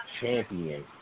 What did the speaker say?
champion